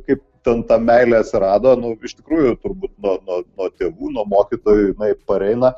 kaip ten ta meilė atsirado nu iš tikrųjų turbūt nuo nuo tėvų nuo mokytojų jinai pareina